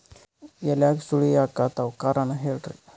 ಎಲ್ಯಾಗ ಸುಳಿ ಯಾಕಾತ್ತಾವ ಕಾರಣ ಹೇಳ್ರಿ?